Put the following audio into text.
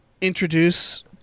introduce